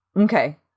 okay